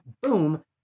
boom